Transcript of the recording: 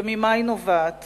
וממה היא נובעת